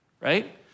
right